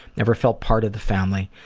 never felt part of the family,